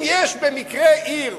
אם יש במקרה עיר